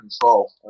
control